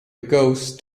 ghost